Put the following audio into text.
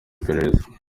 iperereza